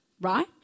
right